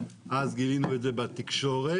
אז גילינו את זה בתקשורת.